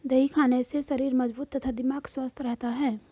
दही खाने से शरीर मजबूत तथा दिमाग स्वस्थ रहता है